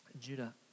Judah